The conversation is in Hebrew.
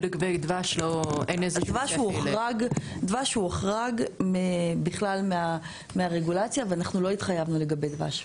דבש הוחרג לגמרי מהרגולציה ואנחנו לא התחייבנו לגביו.